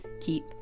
keep